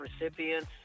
recipients